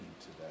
today